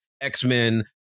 X-Men